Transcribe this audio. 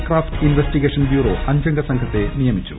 craft investigation bureau അഞ്ചംഗ സംഘത്തെ നിയമിച്ചു